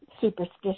superstitious